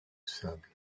sable